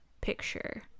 picture